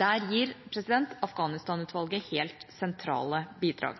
Der gir Afghanistan-utvalget helt sentrale bidrag.